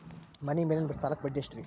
ಮನಿ ಮೇಲಿನ ಸಾಲಕ್ಕ ಬಡ್ಡಿ ಎಷ್ಟ್ರಿ?